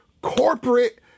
corporate